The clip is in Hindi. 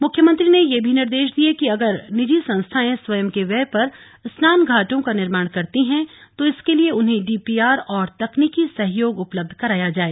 मुख्यमंत्री ने यह भी निर्देश दिये कि अगर निजी संस्थायें स्वयं के व्यय पर स्नान घाटों का निर्माण करती है तो इसके लिये उन्हें डीपीआर और तकनीकी सहयोग उपलब्ध कराया जाए